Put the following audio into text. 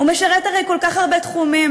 הוא משרת הרי כל כך הרבה תחומים.